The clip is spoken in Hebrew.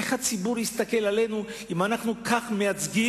איך הציבור יסתכל עלינו אם אנחנו מציגים